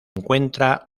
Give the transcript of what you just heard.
encuentra